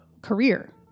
career